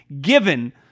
given